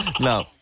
No